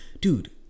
dude